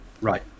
Right